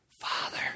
Father